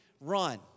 run